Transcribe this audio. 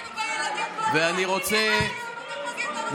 אני רוצה,